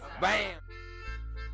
Bam